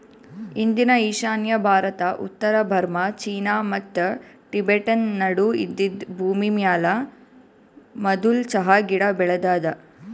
ಇಂದಿನ ಈಶಾನ್ಯ ಭಾರತ, ಉತ್ತರ ಬರ್ಮಾ, ಚೀನಾ ಮತ್ತ ಟಿಬೆಟನ್ ನಡು ಇದ್ದಿದ್ ಭೂಮಿಮ್ಯಾಲ ಮದುಲ್ ಚಹಾ ಗಿಡ ಬೆಳದಾದ